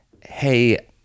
hey